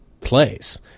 place